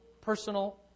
personal